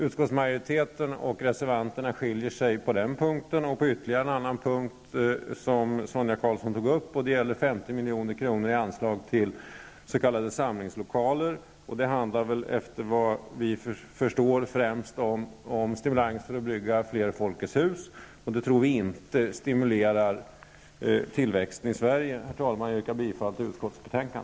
Utskottsmajoriteten och reservanterna skiljer sig på den punkten och på en ytterligare punkt som Sonia Karlsson tog upp. Det gäller 50 milj.kr. i anslag till s.k. samlingslokaler. Vad vi förstår handlar det främst om stimulanser för att bygga fler Folkets hus. Det tror vi inte stimulerar tillväxten i Herr talman! Jag yrkar bifall till utskottets hemställan.